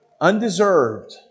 Undeserved